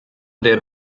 their